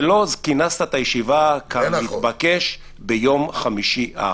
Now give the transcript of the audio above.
ולא כינסת את הישיבה כמתבקש ביום חמישי האחרון.